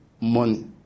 Money